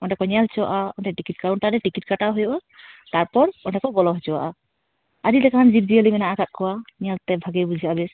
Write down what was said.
ᱚᱸᱰᱮ ᱠᱚ ᱧᱮᱞ ᱦᱚᱪᱚᱣᱟᱜᱼᱟ ᱚᱸᱰᱮ ᱴᱤᱠᱤᱴ ᱠᱟᱣᱩᱱᱴᱟᱨ ᱨᱮ ᱴᱤᱠᱤᱴ ᱠᱟᱴᱟᱣ ᱦᱩᱭᱩᱜᱼᱟ ᱛᱟᱨᱯᱚᱨ ᱚᱸᱰᱮ ᱠᱚ ᱵᱚᱞᱚ ᱦᱚᱪᱚᱣᱟᱜᱼᱟ ᱟᱹᱰᱤ ᱞᱮᱠᱟᱱ ᱡᱤᱵᱽ ᱡᱤᱭᱟᱹᱞᱤ ᱢᱮᱱᱟᱜ ᱟᱠᱟᱫ ᱠᱚᱣᱟ ᱧᱮᱞᱛᱮ ᱵᱷᱟᱹᱜᱤ ᱵᱩᱡᱷᱟᱹᱜᱼᱟ ᱵᱮᱥ